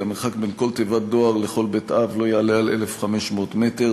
כי המרחק של כל תיבת דואר מכל בית אב לא יעלה על 1,500 מטר,